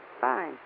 Fine